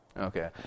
Okay